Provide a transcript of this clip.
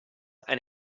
and